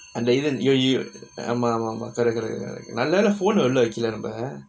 அந்த இது ஆமா ஆமா:antha ithu aamaa aamaa corect correct correct நல்ல வேல:nalla vela phone ன உள்ள வெக்கல நம்ம:na ulla vekkala namma